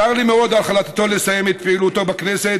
צר לי מאוד על החלטתו לסיים את פעילותו בכנסת.